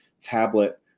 tablet